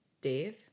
Dave